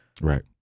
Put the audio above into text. Right